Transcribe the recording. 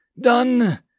Done